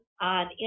on